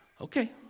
okay